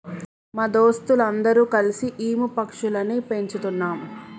మా దోస్తులు అందరు కల్సి ఈము పక్షులని పెంచుతున్నాం